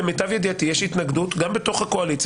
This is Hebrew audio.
למיטב ידיעתי יש התנגדות גם בתוך הקואליציה